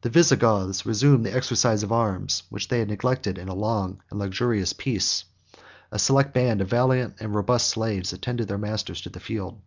the visigoths resumed the exercise of arms, which they had neglected in a long and luxurious peace a select band of valiant and robust slaves attended their masters to the field